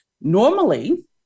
Normally